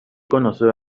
conoció